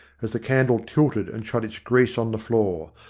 as the candle tilted and shot its grease on the floor.